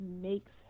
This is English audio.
makes